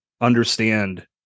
understand